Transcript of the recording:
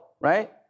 Right